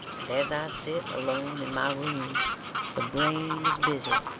and as i sit alone in my room the brain is busy,